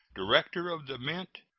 director of the mint,